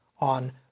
on